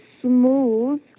smooth